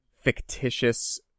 fictitious